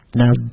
now